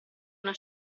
una